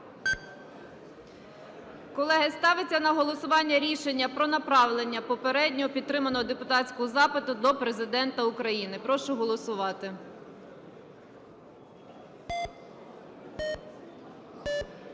Колеги, ставиться на голосування рішення про направлення попередньо підтриманого депутатського запиту до Президента України. Прошу голосувати.